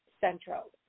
Central